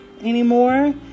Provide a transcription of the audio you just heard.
anymore